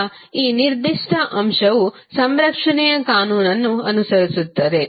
ಈಗ ಈ ನಿರ್ದಿಷ್ಟ ಅಂಶವು ಸಂರಕ್ಷಣೆಯ ಕಾನೂನನ್ನು ಅನುಸರಿಸುತ್ತದೆ